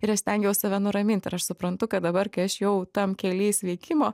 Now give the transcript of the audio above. ir aš stengiaus save nuramint ir aš suprantu kad dabar kai aš jau tam kely sveikimo